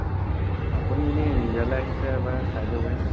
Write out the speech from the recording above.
আচ্ছা আপুনি এনেই ইয়ালে আহি পেলাই এবাৰ চাই যাবহি